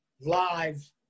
live